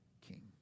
king